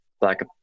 black